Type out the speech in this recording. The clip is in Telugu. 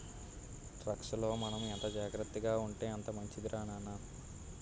టాక్సుల్లో మనం ఎంత జాగ్రత్తగా ఉంటే అంత మంచిదిరా నాన్న